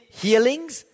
healings